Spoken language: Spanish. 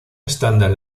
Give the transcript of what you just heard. estándar